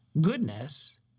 goodness